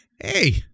Hey